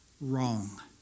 wrong